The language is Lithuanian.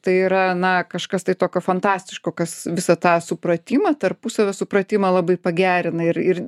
tai yra na kažkas tai tokio fantastiško kas visą tą supratimą tarpusavio supratimą labai pagerina ir ir